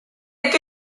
est